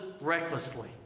recklessly